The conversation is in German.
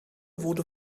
wurde